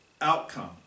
outcome